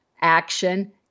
action